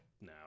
now